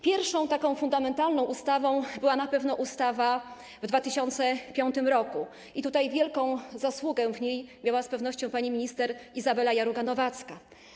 Pierwszą fundamentalną ustawą była na pewno ustawa z 2005 r. i tutaj wielką zasługę miała z pewnością pani minister Izabela Jaruga-Nowacka.